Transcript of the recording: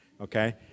okay